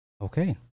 Okay